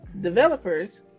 developers